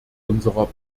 unserer